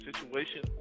situation